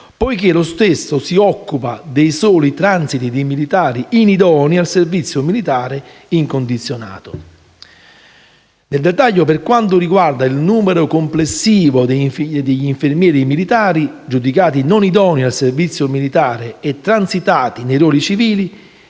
poiché lo stesso si occupa dei soli transiti di militari inidonei al servizio militare incondizionato. Nel dettaglio, per quanto riguarda il numero complessivo degli infermieri militari giudicati non idonei al servizio militare e transitati nei ruoli civili,